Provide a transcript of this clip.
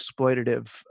exploitative